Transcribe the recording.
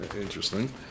Interesting